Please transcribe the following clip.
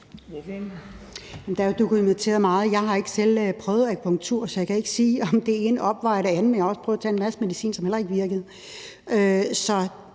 derfor er det